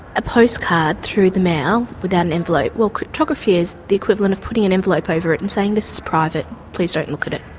ah postcard through the mail without an envelope, while cryptography is the equivalent of putting an envelope over it and saying, this is private. please don't look at it.